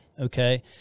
Okay